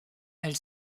elle